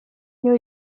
new